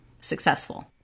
successful